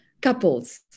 couples